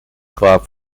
club